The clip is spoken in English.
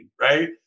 right